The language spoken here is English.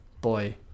boy